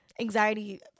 anxiety